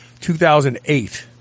2008